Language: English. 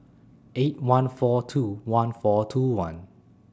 eight one four two one four two one